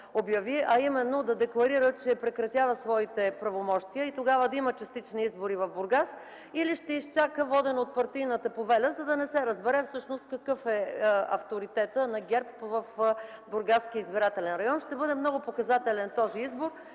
а именно да декларира, че прекратява своите правомощия и тогава да има частични избори в Бургас или ще изчака, воден от партийната повеля, за да не се разбере всъщност какъв е авторитетът на ГЕРБ в Бургаския избирателен район. Ще бъде много показателен този избор